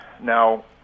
now